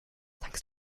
thanks